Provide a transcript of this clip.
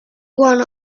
wanna